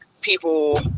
people